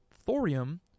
Thorium